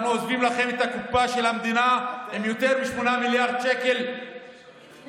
אנחנו עוזבים לכם את הקופה של המדינה עם 8 מיליארד שקל עודף.